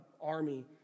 army